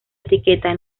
etiqueta